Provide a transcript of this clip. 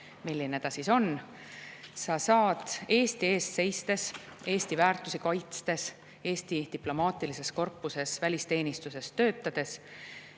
milline ta on, sa saad Eesti eest seistes, Eesti väärtusi kaitstes Eesti diplomaatilises korpuses välisteenistuses töötades